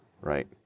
Right